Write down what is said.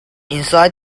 inside